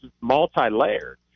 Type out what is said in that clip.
multi-layered